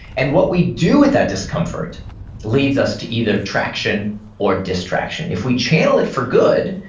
and what we do with that discomfort leads us to either traction or distraction. if we channel it for good,